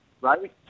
right